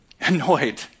Annoyed